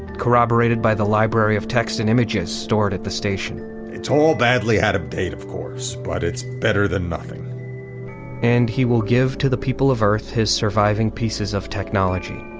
corroborated by the library of text and images stored at the station it's all badly out of date, of course, but it's better than nothing and he will give to the people of earth his surviving pieces of technology,